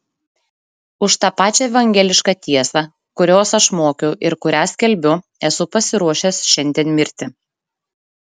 už tą pačią evangelišką tiesą kurios aš mokiau ir kurią skelbiu esu pasiruošęs šiandien mirti